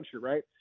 right